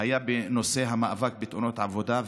שהיה בנושא המאבק בתאונות עבודה.